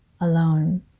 alone